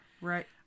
right